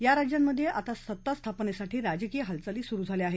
या राज्यांमधे आता सत्ता स्थापनेसाठी राजकीय हालचाली सुरु झाल्या आहेत